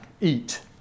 eat